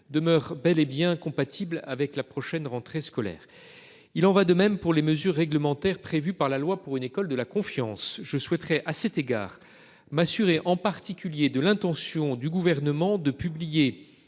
demeure bel et bien compatible avec la prochaine rentrée scolaire. Il en va de même pour les mesures réglementaires prévues par la loi pour une école de la confiance. Je souhaiterais à cet égard m'assurer en particulier de l'intention du gouvernement de publier